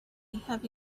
have